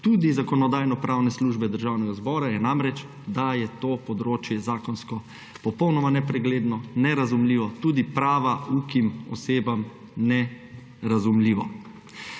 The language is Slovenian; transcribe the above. tudi Zakonodajno-pravne službe Državnega zbora, je namreč, da je to področje zakonsko popolnoma nepregledno, nerazumljivo, tudi prava ukim osebam nerazumljivo.